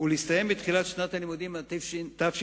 ולהסתיים בתחילת שנת הלימודים התשע"ב.